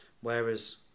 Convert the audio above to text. Whereas